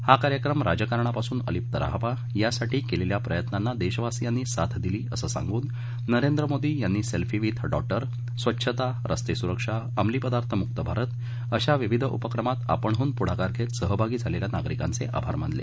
हा कार्यक्रम राजकारणापासून अलीप्त रहावा यासाठी केलेल्या प्रयत्नांना देशवासियांनी साथ दिली असं सांगून नरेंद्र मोदी यांनी सेल्फी विथ डॉटर स्वच्छता रस्ते सुरक्षा अंमली पदार्थ मुक भारत अशा विविध उपक्रमात आपणहून पुढाकार घेत सहभागी झालेल्या नागरिकांचे आभार मानले